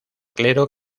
clero